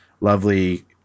lovely